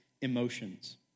emotions